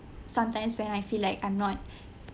sometimes when I feel like I'm not